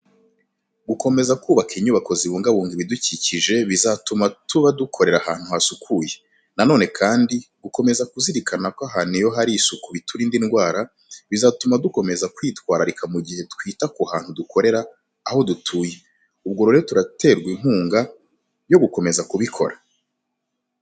Gukomeza kubaka inyubako zibungabunga ibidukikije bizatuma tuba dukorera ahantu hasukuye. Na none kandi, gukomeza kuzirikana ko ahantu iyo hari isuku biturinda indwara, bizatuma dukomeza kwitwararika mu gihe twita ku hantu dukorera, aho dutuye. Ubwo rero turaterwa inkunga yo gukomeza kubikora.